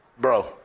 Bro